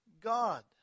God